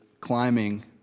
climbing